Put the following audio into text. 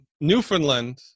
Newfoundland